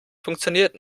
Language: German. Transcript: funktioniert